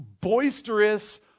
boisterous